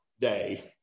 day